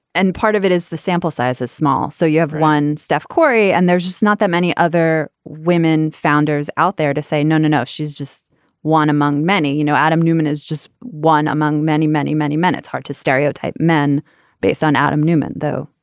and part of it is the sample size is small. so you have one steph curry. and there's just not that many other women founders out there to say, no, no, no. she's just one among many. you know, adam newman is just one among many, many, many men. it's hard to stereotype men based on adam newman, though.